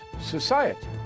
society